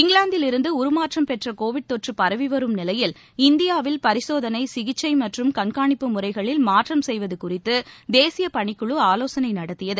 இங்கிலாந்திலிருந்து உருமாற்றம் பெற்ற கோவிட் தொற்று பரவி வரும் நிலையில் இந்தியாவில் பரிசோதனை சிகிச்சை மற்றம் கண்காணிப்பு முறைகளில் மாற்றம் செய்வது குறித்து தேசிய பணிக்குழு ஆலோசனை நடத்தியது